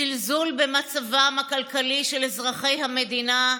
זלזול במצבם הכלכלי של אזרחי המדינה,